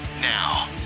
now